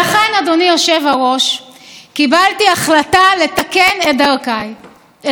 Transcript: החלטתי לשפר את צורת ההתנסחות שלי בכל מה שקשור לביקורת על פסיקות,